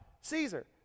Caesar